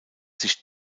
sich